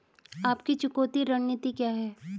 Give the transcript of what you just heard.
आपकी चुकौती रणनीति क्या है?